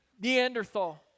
Neanderthal